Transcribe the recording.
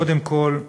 קודם כול,